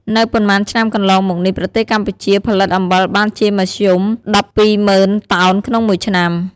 នៅប៉ុន្មានឆ្នាំកន្លងមកនេះប្រទេសកម្ពុជាផលិតអំបិលបានជាមធ្យម ១២០ ០០០តោនក្នុងមួយឆ្នាំ។